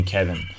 Kevin